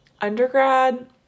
undergrad